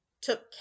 took